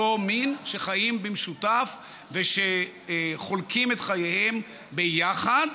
מין שחיים במשותף ושחולקים את חייהם ביחד